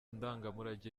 ndangamurage